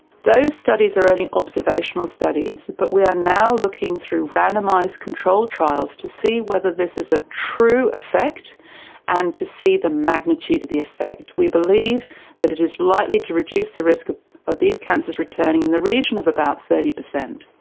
those studies are only observational studies, but we are now looking through randomised controlled trials to see whether this is a true effect and to see the magnitude of the effect. we believe that it is likely to reduce the risk of of these cancers returning in the region of about thirty percent.